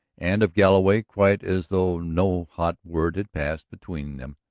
and of galloway, quite as though no hot word had passed between them,